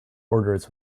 orders